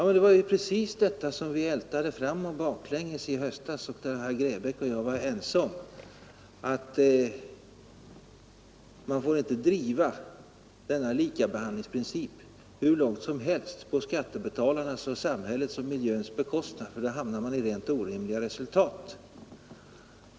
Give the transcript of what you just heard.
Men det var ju precis detta som vi ältade både framoch baklänges i höstas, när herr Grebäck och jag var ense om att man inte får driva denna likabehandlingsprincip hur långt som helst på skattebetalarnas, samhällets och miljöns bekostnad — då hamnar man i rent orimliga resultat.